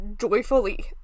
joyfully